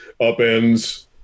upends